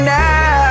now